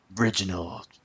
original